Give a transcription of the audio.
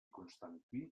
constantí